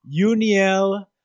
Uniel